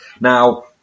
Now